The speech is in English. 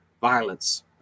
violence